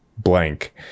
Blank